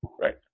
Right